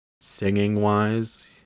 singing-wise